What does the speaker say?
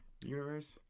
Universe